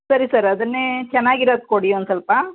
ಸರಿ ಸರ್ ಅದನ್ನೇ ಚೆನ್ನಾಗಿರೋದು ಕೊಡಿ ಒಂದು ಸ್ವಲ್ಪ